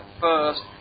first